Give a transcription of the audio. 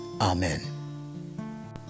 Amen